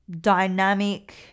dynamic